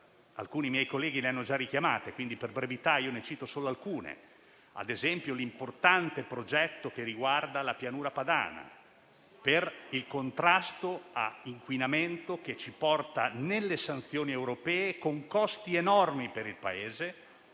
Alcuni miei colleghi le hanno già richiamate, quindi per brevità ne cito solo alcune: ad esempio, l'importante progetto che riguarda la Pianura padana, per il contrasto all'inquinamento che ci porta sanzioni europee con costi enormi per il Paese